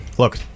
Look